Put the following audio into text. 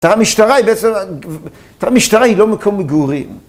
תא המשטרה היא בעצם ... תא המשטרה היא לא מקום מגורים.